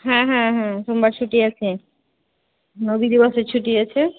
হ্যাঁ হ্যাঁ হ্যাঁ সোমবার ছুটি আছে দিবসের ছুটি আছে